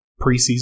preseason